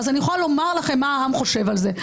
אני יכולה לומר לכם מה העם חושב על זה,